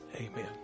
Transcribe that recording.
Amen